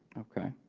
okay.